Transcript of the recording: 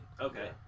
okay